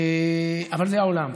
אבל זה העולם,